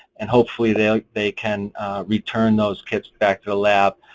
and hopefully, they they can return those kits back to the lab.